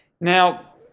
Now